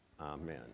Amen